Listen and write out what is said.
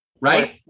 right